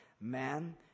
Man